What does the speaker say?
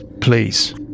please